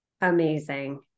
Amazing